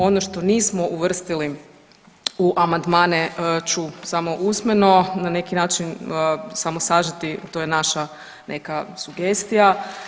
Ono što nismo uvrstili u amandmane ću samo usmeno, na neki način samo sažeti to je naša neka sugestija.